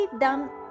done